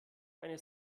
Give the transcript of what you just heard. eine